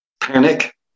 Panic